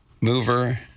mover